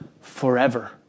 forever